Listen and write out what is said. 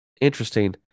interesting